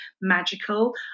magical